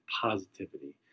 positivity